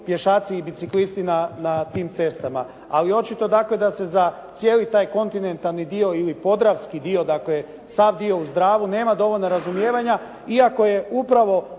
pješaci i biciklisti na tim cestama. Ali očito dakle da se za cijeli taj kontinentalni dio ili podravski dio, dakle sav dio uz Dravu nema dovoljno razumijevanja, iako je upravo